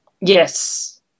Yes